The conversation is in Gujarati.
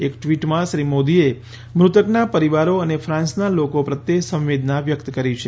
એક ટ્વીટમાં શ્રી મોદીએ મૃત્કનાં પરિવારો અને ફાન્સનાં લોકો પ્રત્યે સંવેદનાં વ્યકત કરી છે